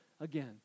again